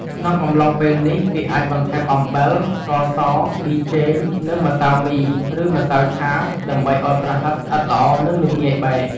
ក្នុងអំឡុងពេលនេះ គេអាចបន្ថែមអំបិល ស្ករស ប៊ីចេង និងម្សៅមី ឬម្សៅឆា ដើម្បីឱ្យប្រហិតស្អិតល្អ និងមិនងាយបែក។